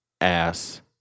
Ass